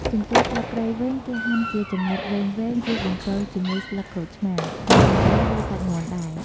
ចំពោះស្លឹកគ្រៃវិញគេហាន់ជាចំណិតវែងៗរួចបំពងជាមួយស្លឹកក្រូចសើច និងរំដេងដូចសាច់មាន់ដែរ។